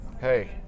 hey